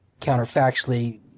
counterfactually